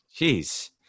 Jeez